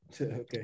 Okay